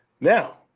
Now